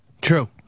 True